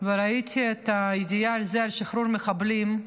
וראיתי את הידיעה על שחרור מחבלים,